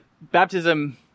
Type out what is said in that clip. baptism